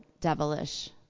devilish